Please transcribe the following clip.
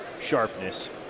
sharpness